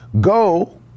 go